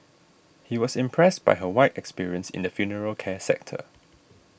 he was impressed by her wide experience in the funeral care sector